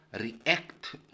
react